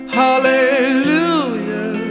hallelujah